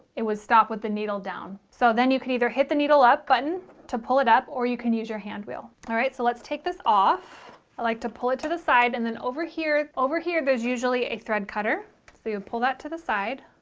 it would stop with the needle down so then you could either hit the needle up button to pull it up or you can use your hand wheel. alright so let's take this off i like to pull it to the side and then over here over here there's usually a thread cutter so you pull that to the side